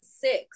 six